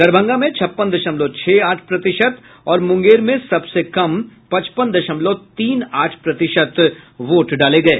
दरभंगा में छप्पन दशमलव छह आठ प्रतिशत और मूंगेर में सबसे कम पचपन दशमलव तीन आठ प्रतिशत वोट डाले गये